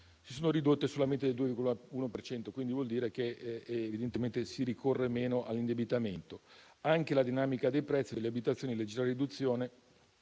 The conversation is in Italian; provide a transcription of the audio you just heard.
si sono ridotte solamente del 2,1 per cento. Questo vuol dire che evidentemente si ricorre meno all'indebitamento. Anche la dinamica dei prezzi delle abitazioni, in leggera riduzione,